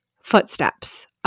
Footsteps